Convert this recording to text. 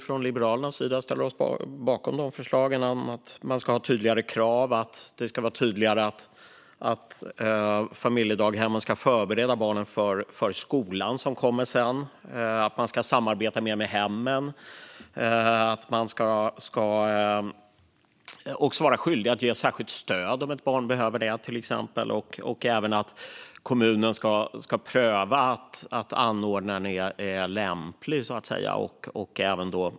Från Liberalernas sida ställer vi oss bakom att man ska ha tydligare krav när det gäller att familjedaghemmen ska förbereda barnen för skolan, att man ska samarbeta mer med hemmen, att man ska vara skyldig att till exempel ge särskilt stöd om ett barn behöver det och även att kommunen ska pröva att anordnaren är lämplig.